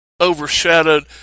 overshadowed